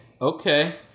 okay